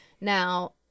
Now